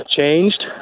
changed